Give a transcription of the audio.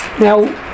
now